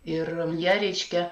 ir jie reiškia